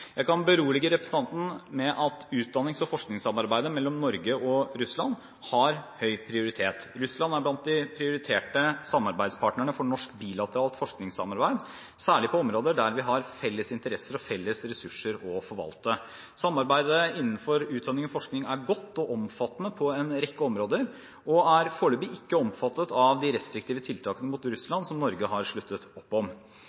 Jeg kan berolige representanten med at utdannings- og forskningssamarbeidet mellom Norge og Russland har høy prioritet. Russland er blant de prioriterte samarbeidspartnerne for norsk bilateralt forskningssamarbeid, særlig på områder der vi har felles interesser og felles ressurser å forvalte. Samarbeidet innenfor utdanning og forskning er godt og omfattende på en rekke områder og er foreløpig ikke omfattet av de restriktive tiltakene mot Russland som Norge har sluttet opp om.